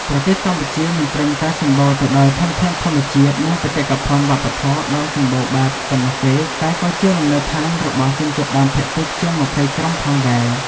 ប្រទេសកម្ពុជាមិនត្រឹមតែសម្បូរទៅដោយធនធានធម្មជាតិ និងបេតិកភណ្ឌវប្បធម៌ដ៏សម្បូរបែបប៉ុណ្ណោះទេ តែក៏ជាលំនៅដ្ឋានរបស់ ជនជាតិភាគតិច ជាង ២០ ក្រុមផងដែរ។